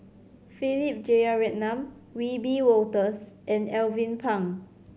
Philip Jeyaretnam Wiebe Wolters and Alvin Pang